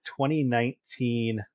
2019